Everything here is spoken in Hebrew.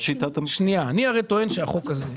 שנייה, אני טוען שהחוק הזה,